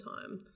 time